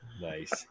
Nice